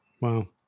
Wow